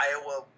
Iowa